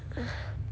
your job ya